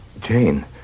Jane